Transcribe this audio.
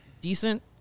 decent